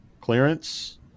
Clearance